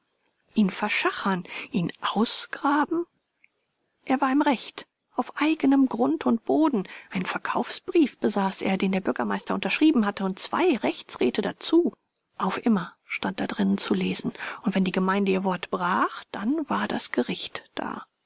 ihn verschachern ihn ausgraben er war im recht auf eigenem grund und boden einen verkaufsbrief besaß er den der bürgermeister unterschrieben hatte und zwei rechtsräte dazu auf immer stand da drinnen zu lesen und wenn die gemeinde ihr wort brach dann war das gericht da